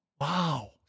Wow